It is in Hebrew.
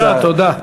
תודה, תודה.